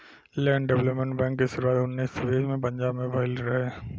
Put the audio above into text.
land development bank के शुरुआत उन्नीस सौ बीस में पंजाब में भईल रहे